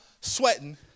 sweating